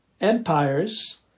empires